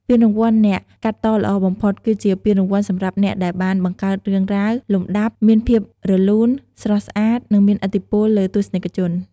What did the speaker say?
ពានរង្វាន់អ្នកកាត់តល្អបំផុត គឺជាពានរង្វាន់សម្រាប់អ្នកដែលបានបង្កើតរឿងរ៉ាវ លំដាប់ មានភាពរលូន ស្រស់ស្អាត និងមានឥទ្ធិពលលើទស្សនិកជន។